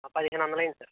పదిహేను వందలు అయ్యింది సార్